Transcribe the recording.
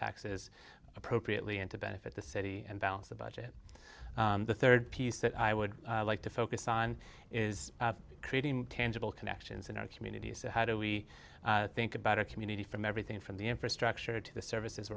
taxes appropriately and to benefit the city and balance the budget the third piece that i would like to focus on is creating tangible connections in our communities so how do we think about our community from everything from the infrastructure to the services